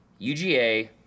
uga